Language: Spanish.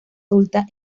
adulta